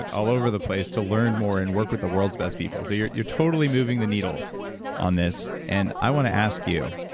and allover the place to learn more, and work with the world's best people, so you're you're totally moving the needle on this, and i want to ask you,